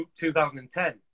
2010